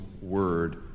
word